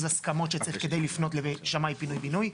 ההסכמות שצריך כדי לפנות לשמאי פינוי בינוי.